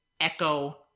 echo